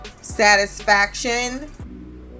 satisfaction